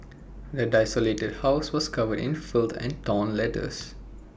the desolated house was covered in filth and torn letters